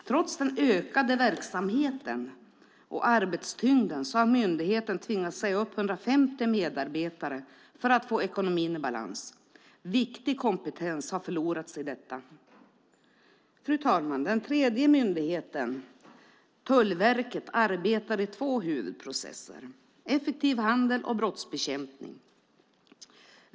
Trots den ökade verksamheten och arbetstyngden har myndigheten tvingats säga upp 150 medarbetare för att få ekonomin i balans. Viktig kompetens har förlorats i detta. Fru talman! Den tredje myndigheten, Tullverket, arbetar i två huvudprocesser. Det handlar om effektiv handel och brottsbekämpning.